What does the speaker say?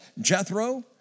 Jethro